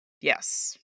yes